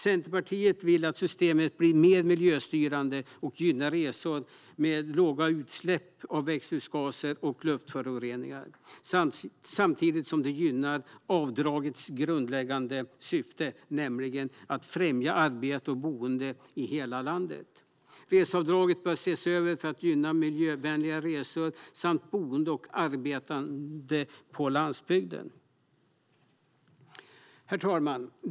Centerpartiet vill att systemet blir mer miljöstyrande och gynnar resor med låga utsläpp av växthusgaser och luftföroreningar, samtidigt som det gynnar avdragets grundläggande syfte, nämligen att främja arbete och boende i hela landet. Reseavdraget bör ses över för att gynna miljövänligare resor samt boende och arbete på landsbygden. Herr talman!